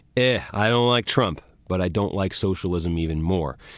yeah i don't like trump, but i don't like socialism even more.